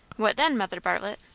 what then, mother bartlett?